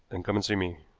then come and see me.